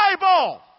Bible